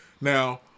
Now